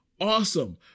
awesome